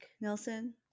Nelson